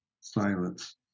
silence